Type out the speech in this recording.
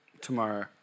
tomorrow